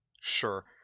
Sure